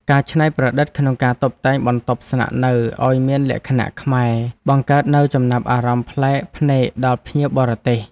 ការច្នៃប្រឌិតក្នុងការតុបតែងបន្ទប់ស្នាក់នៅឱ្យមានលក្ខណៈខ្មែរបង្កើតនូវចំណាប់អារម្មណ៍ប្លែកភ្នែកដល់ភ្ញៀវបរទេស។